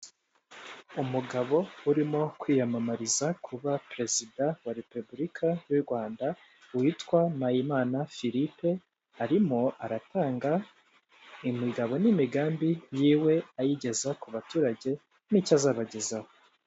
Umugabo urimo kwiyamamariza kuba perezida wa repubulika y'u rwanda witwa mpayimana firipe arimo aratanga imigabo n'imigambi yiwe ,ayigeza ku baturage n'icyo azabagezaho.